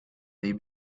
they